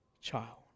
child